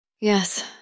Yes